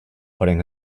putting